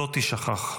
לא תישכח!